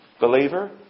believer